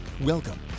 Welcome